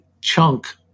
chunk